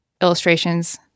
illustrations